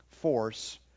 force